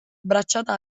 bracciata